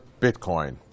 Bitcoin